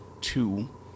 two